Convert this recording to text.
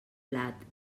blat